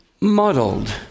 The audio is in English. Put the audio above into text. muddled